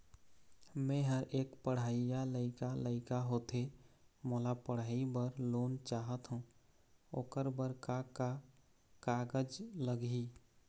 मेहर एक पढ़इया लइका लइका होथे मोला पढ़ई बर लोन चाहथों ओकर बर का का कागज लगही?